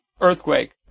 earthquake